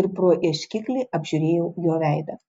ir pro ieškiklį apžiūrėjau jo veidą